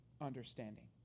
understanding